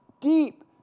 deep